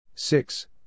Six